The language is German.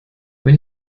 wenn